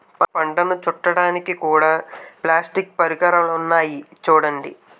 పంటను చుట్టడానికి కూడా ప్లాస్టిక్ పరికరాలున్నాయి చూడండి